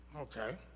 okay